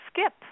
skip